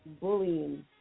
bullying